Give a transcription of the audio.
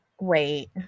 Wait